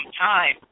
time